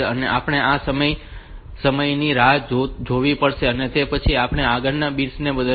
તો આપણે આટલા સમયની રાહ જોવી પડશે અને તે પછી જ આપણે આગળના બીટ ને બદલવો જોઈએ